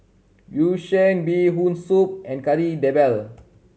Yu Sheng Bee Hoon Soup and Kari Debal